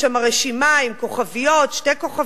יש שם רשימה עם כוכביות, שתי כוכביות,